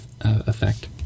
effect